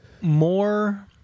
more